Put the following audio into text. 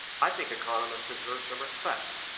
i think economists deserve some respect.